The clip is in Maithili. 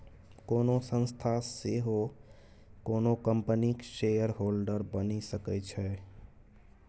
कोनो संस्था सेहो कोनो कंपनीक शेयरहोल्डर बनि सकै छै